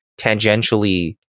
tangentially